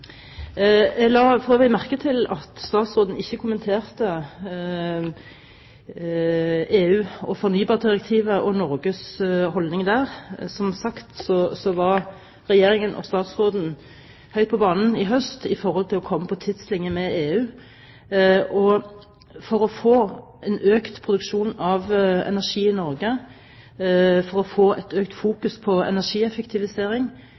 Jeg la for øvrig merke til at statsråden ikke kommenterte EU og fornybardirektivet og Norges holdning til det. Som sagt: Regjeringen og statsråden var høyt på banen i høst for å komme på tidslinje med EU. For å få en økt produksjon av energi i Norge og for å få økt